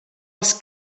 als